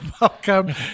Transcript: welcome